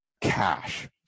cash